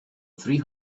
three